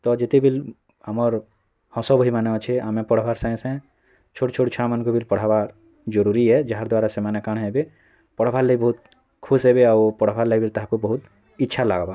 ତ ଯେତେବେଳେ ଆମର୍ ହସ ବହିମାନେ ଅଛେ ଆମେ ପଢ଼୍ବାର୍ ସଙ୍ଗେ ସଙ୍ଗେ ଛୋଟ୍ ଛୋଟ୍ ଛୁଆମାନଙ୍କର ବିଲ୍ ପଢ଼ାବା ଜରୁରୀ ଏ ଯାହାଦ୍ଵାରା ସେମାନେ କାଣା ହେବେ ପଢ଼୍ବାର ଲାଗି ବହୁତ୍ ଖୁସଁ ହେବେ ଆଉ ପଢ଼୍ବାର୍ ଲାଗି ବିଲ୍ ତାହାକୁ ବହୁତ୍ ଇଚ୍ଛା ଲାଗ୍ବା